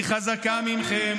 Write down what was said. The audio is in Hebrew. היא חזקה מכם,